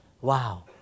wow